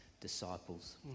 disciples